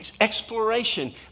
exploration